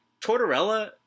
Tortorella